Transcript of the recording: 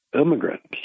immigrants